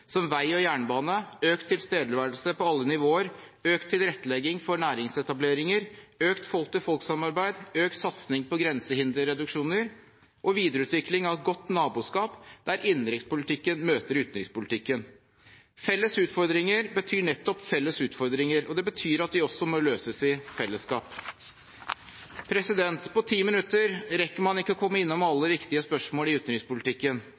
som vei og jernbane, økt tilstedeværelse på alle nivåer, økt tilrettelegging for næringsetableringer, økt folk-til-folk-samarbeid, økt satsing på grensehinderreduksjoner og videreutvikling av godt naboskap der innenrikspolitikken møter utenrikspolitikken. Felles utfordringer betyr nettopp felles utfordringer, og det betyr at de også må løses i felleskap. På ti minutter rekker man ikke å komme innom alle viktige spørsmål i utenrikspolitikken,